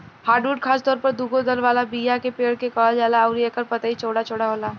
hardwood खासतौर पर दुगो दल वाला बीया के पेड़ के कहल जाला अउरी एकर पतई चौड़ा चौड़ा होला